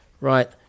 Right